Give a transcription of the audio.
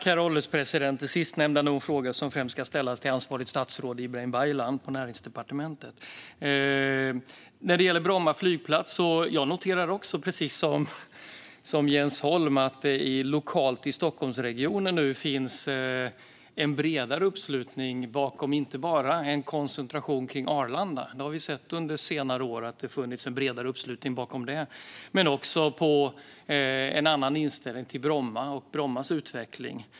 Herr ålderspresident! Det sistnämnda är nog en fråga som främst ska ställas till ansvarigt statsråd Ibrahim Baylan på Näringsdepartementet. När det gäller Bromma flygplats noterar jag, precis som Jens Holm, att det lokalt i Stockholmsregionen under senare år inte bara funnits en bredare uppslutning bakom en koncentration till Arlanda utan också en annan inställning till Bromma och Brommas utveckling.